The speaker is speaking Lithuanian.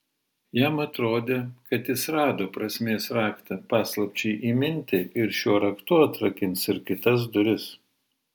jam atrodė kad jis rado prasmės raktą paslapčiai įminti ir šiuo raktu atrakins ir kitas duris